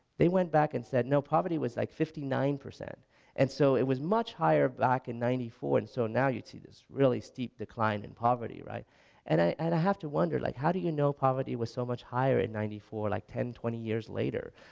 they went back and said no poverty was like fifty nine percent and so it was much higher back in ninety four and so now you'd see this really steep decline in poverty and i have to wonder, like how do you know poverty was so much higher in ninety four like ten, twenty years later?